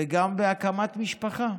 וגם בהקמת משפחה.